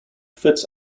fits